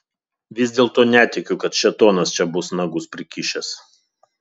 vis dėlto netikiu kad šėtonas čia bus nagus prikišęs